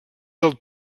del